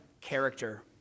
character